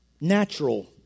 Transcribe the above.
Natural